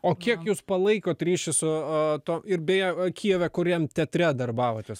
o kiek jūs palaikot ryšį su tuo ir beje o kijeve kuriam teatre darbavotės